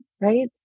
Right